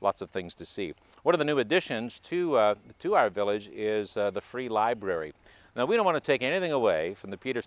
lots of things to see what are the new additions to to our village is the free library now we don't want to take anything away from the peters